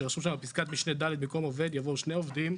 שרשום שם פסקת משנה ד' במקום עובד יבואו שני עובדים,